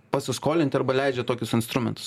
pasiskolinti arba leidžia tokius instrumentus